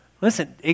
Listen